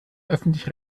öffentlich